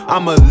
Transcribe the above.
I'ma